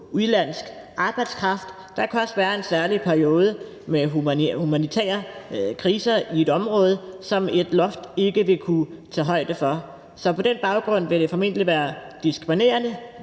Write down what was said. udenlandsk arbejdskraft. Der kan også være en særlig periode med humanitære kriser i et område, som et loft ikke vil kunne tage højde for. Så på den baggrund vil det formentlig være diskriminerende,